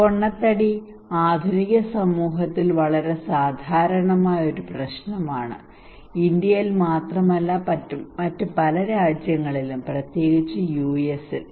പൊണ്ണത്തടി ആധുനിക സമൂഹത്തിൽ വളരെ സാധാരണമായ ഒരു പ്രശ്നമാണ് ഇന്ത്യയിൽ മാത്രമല്ല മറ്റ് പല രാജ്യങ്ങളിലും പ്രത്യേകിച്ച് യുഎസിൽ